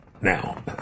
Now